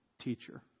teacher